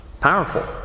Powerful